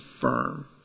firm